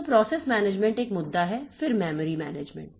तो process management एक मुद्दा है फिर मेमोरी मैनेजमेंट